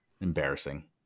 Embarrassing